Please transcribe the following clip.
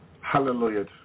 hallelujah